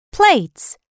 Plates